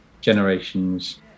generations